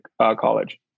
college